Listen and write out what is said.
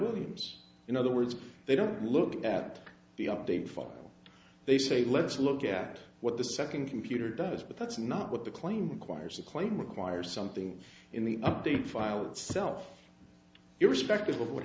williams in other words they don't look at the updated file they say let's look at what the second computer does but that's not what the claim requires the claim require something in the update file itself your respective of what